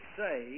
say